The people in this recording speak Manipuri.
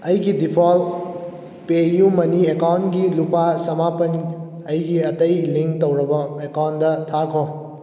ꯑꯩꯒꯤ ꯗꯤꯐꯣꯜꯠ ꯄꯦꯌꯨꯃꯅꯤ ꯑꯦꯀꯥꯎꯟꯒꯤ ꯂꯨꯄꯥ ꯆꯃꯥꯄꯜ ꯑꯩꯒꯤ ꯑꯇꯩ ꯂꯤꯡ ꯇꯧꯔꯕ ꯑꯦꯀꯥꯎꯟꯗ ꯊꯥꯈꯣ